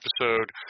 episode